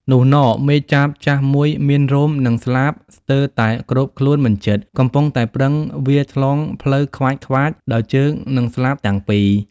នុះន មេចាបចាស់មួយមានរោម និងស្លាបស្ទើរតែគ្របខ្លួនមិនជិត កំពុងតែប្រឹងវារឆ្លងផ្លូវខ្វាសៗដោយជើង និងស្លាបទាំងពីរ ។